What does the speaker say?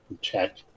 check